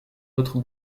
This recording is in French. autre